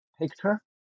picture